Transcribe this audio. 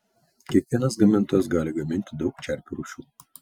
kiekvienas gamintojas gali gaminti daug čerpių rūšių